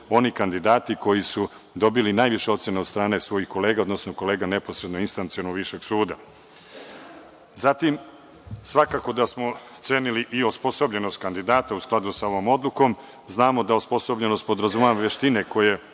oni kandidati koji su dobili najviše ocene od strane svojih kolega, odnosno kolega neposredno instanciono višeg suda. Zatim, svakako da smo cenili i osposobljenost kandidata, u skladu sa ovom odlukom. Znamo da osposobljenost podrazumeva veštine koje